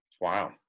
Wow